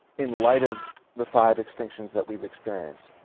in light of the five extinctions that we've experienced,